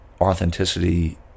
authenticity